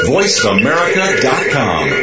VoiceAmerica.com